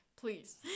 please